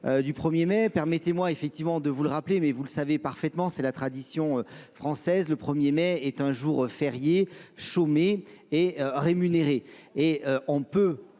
du 1er mai. Permettez-moi effectivement de vous le rappeler, mais vous le savez parfaitement, c'est la tradition française, le 1er mai est un jour férié, chômé et rémunéré. Et on peut